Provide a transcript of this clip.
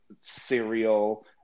cereal